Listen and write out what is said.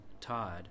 Todd